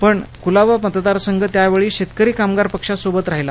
पण क्लाबा मतदारसंघ त्यावेळी शेतकरी कामगार पक्षासोबत राहिला